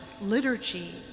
liturgy